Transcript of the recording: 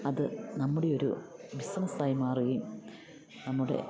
അത് നമ്മുടെയൊരു ബിസിനസ്സായി മാറുകയും നമ്മുടെ